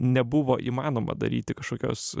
nebuvo įmanoma daryti kažkokios